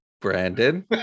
Brandon